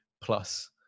plus